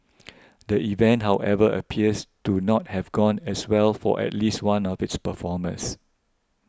the event however appears to not have gone as well for at least one of its performers